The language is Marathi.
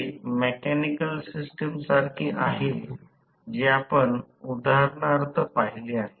जर d Td S किंवा d Td S 0 सेट केले तर सरलीकृत होईल